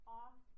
off